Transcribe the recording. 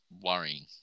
worrying